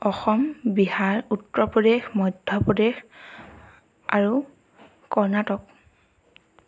অসম বিহাৰ উত্তৰ প্ৰদেশ মধ্য প্ৰদেশ আৰু কৰ্ণাটক